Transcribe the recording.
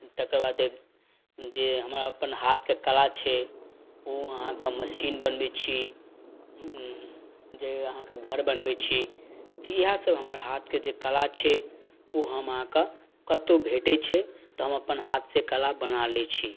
तकर बाद देब जे हमरा अपन हाथके कला छै ओ आहाँके मशीन बनबै छी जे आहाँके घर बनबै छी तऽ इहए सब हमर हाथके जे कला छै ओ हम आहाँके कत्तौ भेटै छै तऽ हम अप्पन हाथ से कला बना लै छी